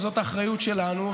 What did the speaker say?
וזאת האחריות שלנו,